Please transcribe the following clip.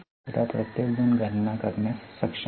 आता प्रत्येकजण गणना करण्यास सक्षम आहे